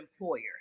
employer